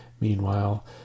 Meanwhile